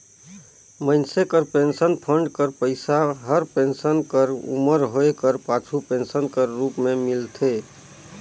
मइनसे कर pension fund कर पइसा हर पेंसन कर उमर होए कर पाछू पेंसन कर रूप में मिलथे